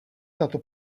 tato